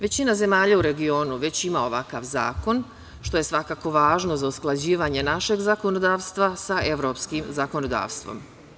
Većina zemalja u regionu već ima ovakav zakon, što je svakako važno za usklađivanje našeg zakonodavstva sa evropskim zakonodavstvom.